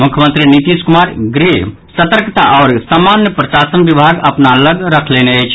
मुख्यमंत्री नीतीश कुमार गृह सतर्कता आओर सामान्य प्रशासन विभाग अपना लग रखलनि अछि